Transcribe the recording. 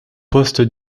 poste